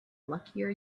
luckier